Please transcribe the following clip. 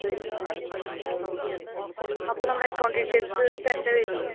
വരും അല്ലേ okay okay അപ്പം നമ്മുടെ അക്കൗണ്ട് ഡീറ്റെയിൽസ് തരേണ്ടി വരില്ലെ